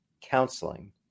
Counseling